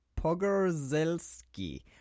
Pogorzelski